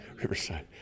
Riverside